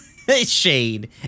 Shade